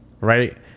right